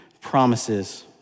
promises